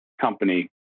company